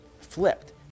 flipped